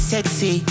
Sexy